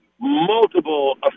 multiple